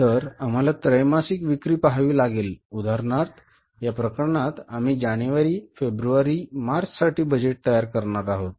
तर आम्हाला त्रैमासिक विक्री पहावी लागेल उदाहरणार्थ या प्रकरणात आम्ही जानेवारी फेब्रुवारी मार्चसाठी बजेट तयार करणार आहोत